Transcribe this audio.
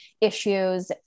issues